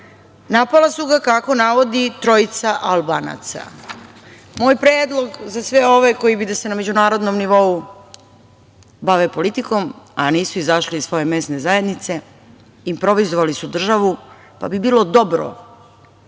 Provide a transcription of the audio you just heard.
Napala su ga, kako navodi, trojica Albanaca. Moj predlog za sve ove koji bi da se na međunarodnom nivou bave politikom a nisu izašli iz svoje mesne zajednice – improvizovali su državu, pa bi bilo dobro